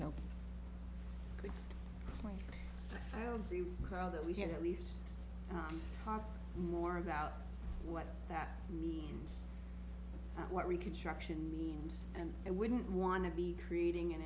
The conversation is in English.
know i don't see how that we can at least talk more about what that means what reconstruction means and i wouldn't want to be creating an